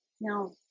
Now